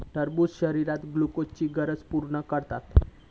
टरबूज शरीरात ग्लुकोजची गरज पूर्ण करता